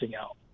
out